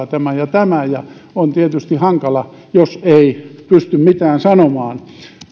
tämä ja tämä ja on tietysti hankala jos ei pysty mitään sanomaan